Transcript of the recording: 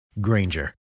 Granger